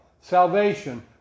salvation